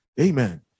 amen